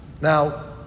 Now